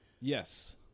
yes